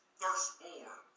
firstborn